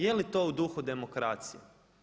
Jeli to u duhu demokracije?